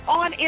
on